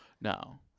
No